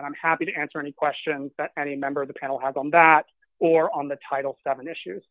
i'm happy to answer any questions that any member of the panel has on that or on the title seven issues